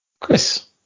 Chris